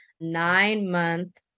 nine-month